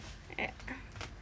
a'ah